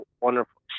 wonderful